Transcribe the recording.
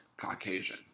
Caucasian